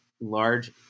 large